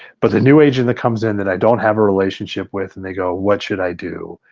but the new agent that comes in that i don't have a relationship with and they go what should i do?